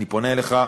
אני פונה אליך,